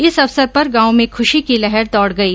इस अवसर पर गांव में खुशी की लहर दौड गई